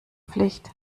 pflicht